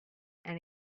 and